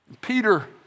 Peter